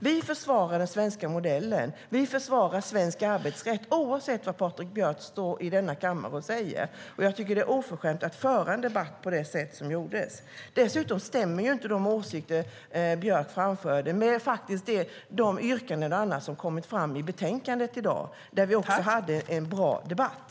Vi försvarar den svenska modellen och vi försvarar svensk arbetsrätt, oavsett vad Patrik Björck står i denna kammare och säger. Jag tycker att det är oförskämt att föra en debatt på det sätt som gjordes. Dessutom stämmer inte de åsikter som Björck framförde med de yrkanden som gjorts i dag, då vi också hade en bra debatt.